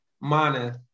mana